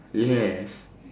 yes